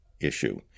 issue